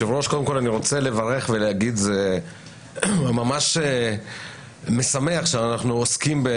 שקוף וברור זה ממש כמעט מן ההצדקות הבסיסיות,